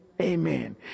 Amen